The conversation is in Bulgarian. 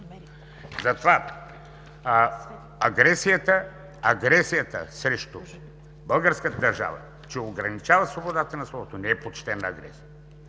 Затова агресията срещу българската държава, че ограничава свободата на словото, не е почтена агресия